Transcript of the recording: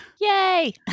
Yay